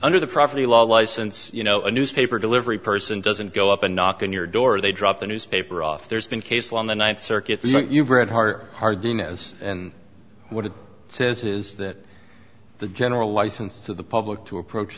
under the property law license you know a newspaper delivery person doesn't go up and knock on your door they drop the newspaper off there's been case law on the ninth circuit's you've read heart hardiness and what it says is that the general license to the public to approach